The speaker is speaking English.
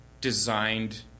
designed